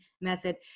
method